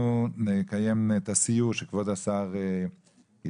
אנחנו נקיים את הסיור שכבוד השר הציע.